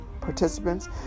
participants